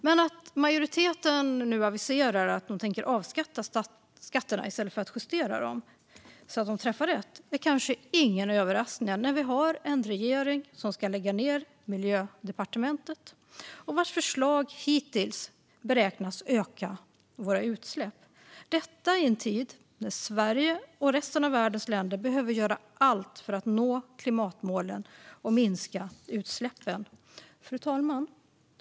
Men att majoriteten nu aviserar att den tänker avskaffa skatterna i stället för att justera dem så att de träffar rätt är kanske ingen överraskning när vi har en regering som ska lägga ned Miljödepartementet och vars förslag hittills beräknas öka våra utsläpp, detta i en tid när Sverige och resten av världens länder behöver göra allt för att nå klimatmålen och minska utsläppen. Fru talman!